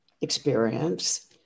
experience